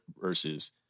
versus